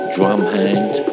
Drumhand